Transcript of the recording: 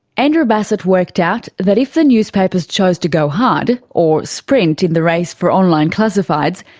andrew bassat worked out that if the newspapers chose to go hard or sprint in the race for online classifieds,